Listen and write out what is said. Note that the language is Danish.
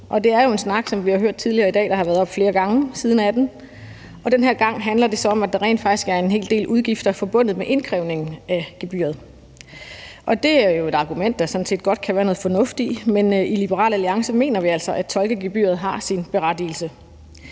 det er jo, som vi har hørt tidligere i dag, en snak, der har været oppe flere gange siden 2018, og den her gang handler det så om, at der rent faktisk er en hel del udgifter forbundet med indkrævningen af gebyret. Det er jo et argument, der sådan set godt kan være noget fornuft i, men i Liberal Alliance mener vi altså, at tolkegebyret har sin berettigelse.